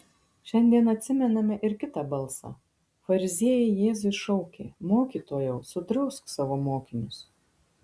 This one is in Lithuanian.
šiandien atsimename ir kitą balsą fariziejai jėzui šaukė mokytojau sudrausk savo mokinius